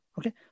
Okay